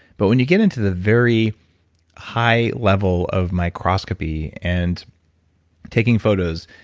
but when you get into the very high level of microscopy and taking photos,